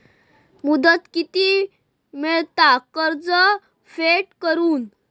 मुदत किती मेळता कर्ज फेड करून?